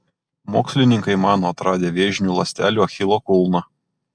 mokslininkai mano atradę vėžinių ląstelių achilo kulną